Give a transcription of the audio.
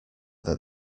that